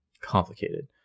complicated